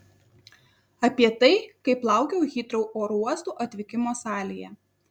apie tai kaip laukiau hitrou oro uosto atvykimo salėje